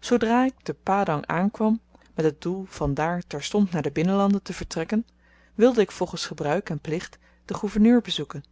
zoodra ik te padang aankwam met het doel vandaar terstond naar de binnenlanden te vertrekken wilde ik volgens gebruik en plicht den gouverneur bezoeken